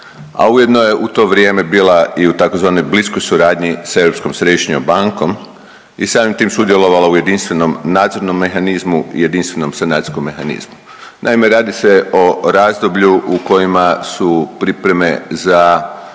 ujedno je u to vrijeme bila i u tzv. bliskoj suradnji s Europskom središnjom bankom i samim tim sudjelovala u jedinstvenom nadzornom mehanizmu i jedinstvenom sanacijskom mehanizmu. Naime, radi se o razdoblju u kojima su pripreme za